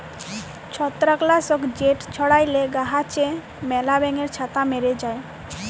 ছত্রাক লাসক যেট ছড়াইলে গাহাচে ম্যালা ব্যাঙের ছাতা ম্যরে যায়